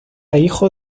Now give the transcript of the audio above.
hijo